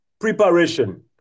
Preparation